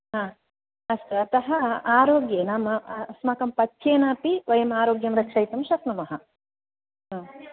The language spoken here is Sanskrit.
हा अस्तु अतः आरोग्ये नाम अस्माकं पथ्येन अपि वयम् आरोग्यं रक्षयितुं शक्नुमः हा